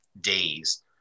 days